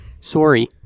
Sorry